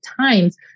times